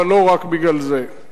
אבל לא רק בגלל זה.